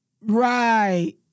Right